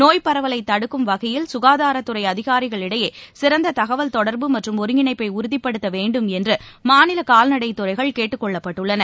நோய் பரவலைதடுக்கும் வகையில் காதாரத்துறைஅதிகாரிகளுக்கிடையேசிறந்ததகவல் தொடர்பு மற்றும் ஒருங்கிணைப்படறுதிப்படுத்தவேண்டும் என்றுமாநிலகால்நடைத்துறைகள் கேட்டுக்கொள்ளப்பட்டுள்ளன